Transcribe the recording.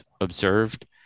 observed